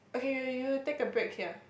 okay okay you'll you'll take a break here